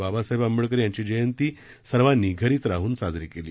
बाबासाहेब आंबेडकर यांची जयंती आज मुंबईत सर्वांनी घरीच राहून साजरी केली